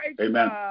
Amen